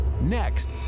Next